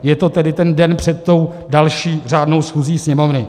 Je to tedy ten den před další řádnou schůzi Sněmovny.